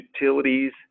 utilities